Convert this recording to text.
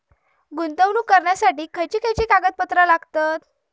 गुंतवणूक करण्यासाठी खयची खयची कागदपत्रा लागतात?